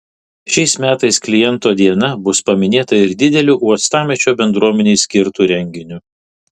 šiais metais kliento diena bus paminėta ir dideliu uostamiesčio bendruomenei skirtu renginiu